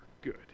good